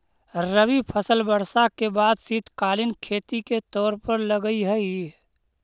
रबी फसल वर्षा के बाद शीतकालीन खेती के तौर पर लगऽ हइ